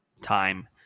time